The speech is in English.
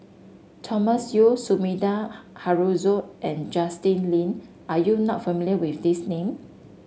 Thomas Yeo Sumida Haruzo and Justin Lean are you not familiar with these name